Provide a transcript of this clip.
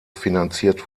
finanziert